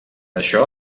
això